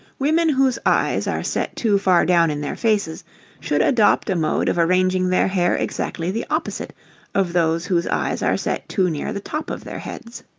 women whose eyes are set too far down in their faces should adopt a mode of arranging their hair exactly the opposite of those whose eyes are set too near the top of their heads.